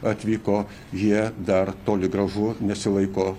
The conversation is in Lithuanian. atvyko jie dar toli gražu nesilaiko